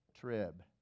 trib